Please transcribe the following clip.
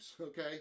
okay